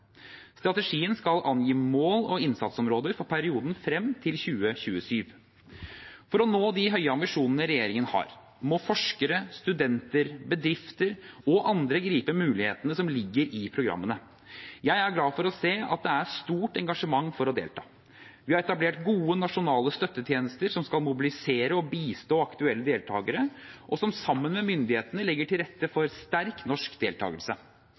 Strategien skal angi mål og innsatsområder for perioden frem til 2027. For å nå de høye ambisjonene regjeringen har, må forskere, studenter, bedrifter og andre gripe mulighetene som ligger i programmene. Jeg er glad for å se at det er et stort engasjement for å delta. Vi har etablert gode nasjonale støttetjenester som skal mobilisere og bistå aktuelle deltakere, og som sammen med myndighetene legger til rette for sterk norsk deltakelse.